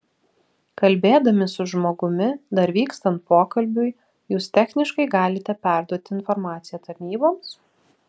kalbėdami su žmogumi dar vykstant pokalbiui jūs techniškai galite perduoti informaciją tarnyboms